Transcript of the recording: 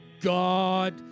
God